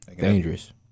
Dangerous